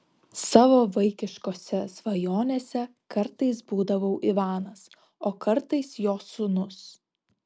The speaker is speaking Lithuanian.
savo vaikiškose svajonėse kartais būdavau ivanas o kartais jo sūnus